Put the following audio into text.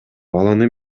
баланы